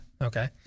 Okay